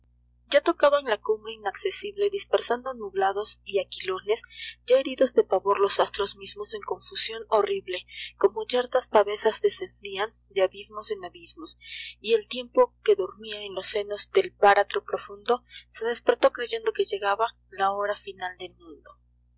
ya tocaban la cumbre inaccesible dispersando nublados y aquilones ya heridos de pavor los astros miamcll en confusion horrible como yertas pavesas descendian de abismos en abismos y el tiempo que dormia en los senos del báratro profundo se despertó creyendo que llegaba la hora final del mundo